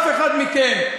תקשיב רגע.